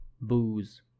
booze